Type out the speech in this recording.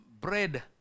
bread